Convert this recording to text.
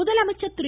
முதலமைச்சர் திரு